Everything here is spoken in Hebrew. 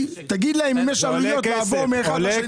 תגיד להם אם יש עלויות לעבור ממערכת אחת לשנייה.